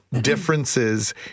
differences